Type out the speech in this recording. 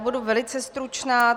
Budu velice stručná.